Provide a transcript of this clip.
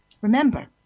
Remember